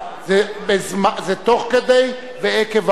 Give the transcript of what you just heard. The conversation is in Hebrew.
זה תוך כדי ועקב העבודה,